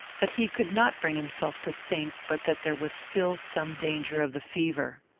but he could not bring himself to think but that there was still some danger of the fever.